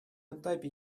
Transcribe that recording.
этапе